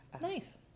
nice